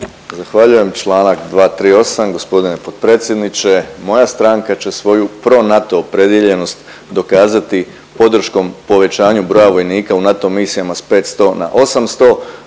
Zahvaljujem. Članak 238., gospodine potpredsjedniče moja stranka će svoju pro NATO opredijeljenost dokazati podrškom broja vojnika u NATO misijama s 500 na 800,